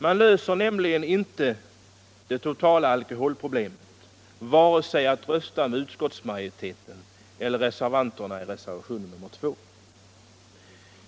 Man löser nämligen inte det totala alkoholproblemet vare sig genom att rösta med utskottsmajoriteten eller genom att följa reservationen 2.